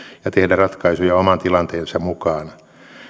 ja tehdä ratkaisuja oman tilanteensa mukaan